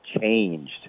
changed